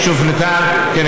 ואז פתאום נכנסת דיירת חדשה,